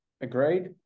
agreed